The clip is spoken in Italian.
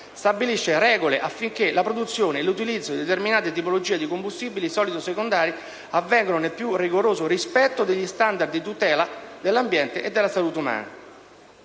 stabilisce regole affinché la produzione e l'utilizzo di determinate tipologie di combustibile solido secondario avvengano nel più rigoroso rispetto degli *standard* di tutela dell'ambiente e della salute umana.